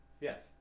yes